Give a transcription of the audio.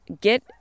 get